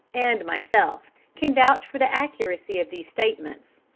and myself can vouch for the accuracy of these statements,